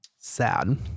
Sad